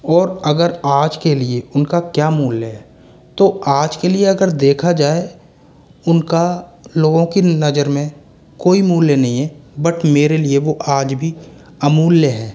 और अगर आज के लिए उनका क्या मूल्य है तो आज के लिए अगर देखा जाए उनका लोगों की नज़र में कोई मूल्य नहीं है बट मेरे लिए वो आज भी अमूल्य है